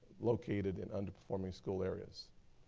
located in underperforming school areas.